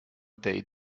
they